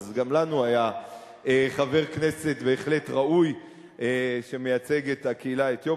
ואז גם לנו היה חבר כנסת באמת ראוי שמייצג את הקהילה האתיופית,